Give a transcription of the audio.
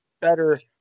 better